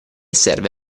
serve